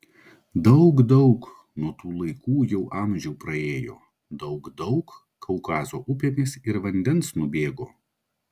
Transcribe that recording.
daug daug nuo tų laikų jau amžių praėjo daug daug kaukazo upėmis ir vandens nubėgo